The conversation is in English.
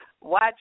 watch